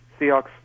seahawks